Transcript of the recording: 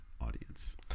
audience